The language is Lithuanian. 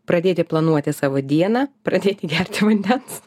pradėti planuoti savo dieną pradėti gerti vandens